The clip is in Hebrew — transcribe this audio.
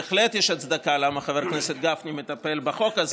בהחלט יש הצדקה לכך שחבר הכנסת גפני מטפל בחוק הזה,